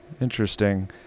Interesting